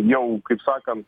jau kaip sakant